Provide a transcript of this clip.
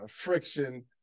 friction